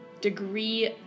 degree